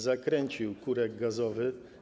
Zakręcił kurek gazowy.